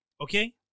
Okay